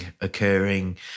occurring